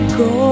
go